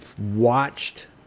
watched